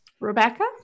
Rebecca